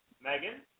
Megan